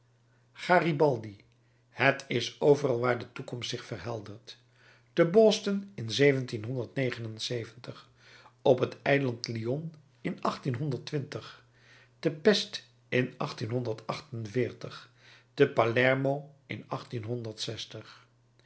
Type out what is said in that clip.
garibaldi het is overal waar de toekomst zich verheldert te boston in op t eiland lion in te pesth in te palermo in